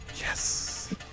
Yes